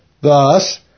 Thus